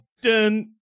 Dun